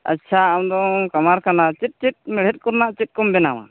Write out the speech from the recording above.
ᱟᱪᱪᱷᱟ ᱟᱢᱫᱚᱢ ᱠᱟᱢᱟᱨ ᱠᱟᱱᱟ ᱪᱮᱫ ᱪᱮᱫ ᱢᱮᱬᱦᱮᱫ ᱠᱚᱨᱮᱱᱟᱜ ᱪᱮᱫ ᱠᱚᱢ ᱵᱮᱱᱟᱣᱟ